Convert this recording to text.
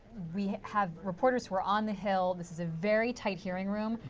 we have reporters who are on the hill. this is a very tight hearing room.